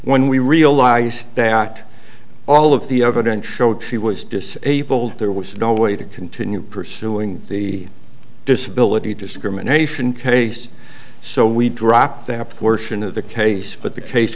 when we realized that all of the evidence showed she was disabled there was no way to continue pursuing the disability discrimination case so we dropped our portion of the case but the case